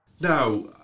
Now